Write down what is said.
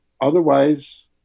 otherwise